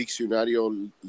Diccionario